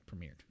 premiered